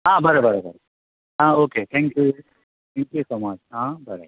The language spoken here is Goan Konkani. आं बरें बरें आं ओके थॅक्यू सो मच आं बरें